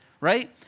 Right